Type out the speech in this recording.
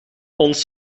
ons